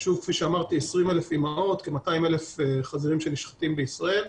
20,000 אימהות כ-200,000 חזירים שנשחטים בישראל.